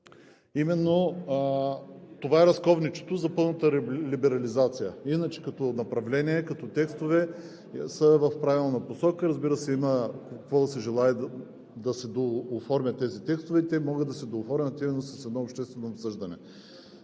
Именно това е разковничето за пълната либерализация. Иначе като направление, като текстове, са в правилна посока. Разбира се, има какво да се желае – да се дооформят тези текстове. Те могат да се дооформят именно с едно обществено обсъждане.